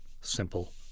simple